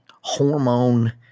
hormone